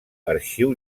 arxiu